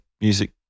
music